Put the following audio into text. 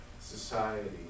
society